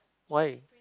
why